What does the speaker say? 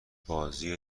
بازی